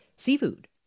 seafood